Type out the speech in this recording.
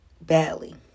badly